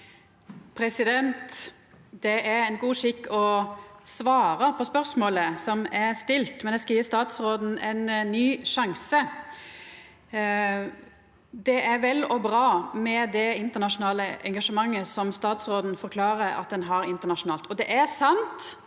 Det er ein god skikk å svara på spørsmålet som er stilt, men eg skal gje statsråden ein ny sjanse. Det er vel og bra med engasjementet som statsråden forklarer at ein har internasjonalt, og det er sant